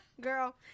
girl